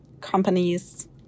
companies